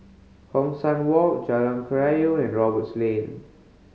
Hong San Walk Jalan Kerayong and Roberts Lane